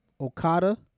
Okada